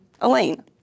Elaine